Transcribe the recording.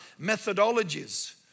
methodologies